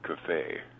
Cafe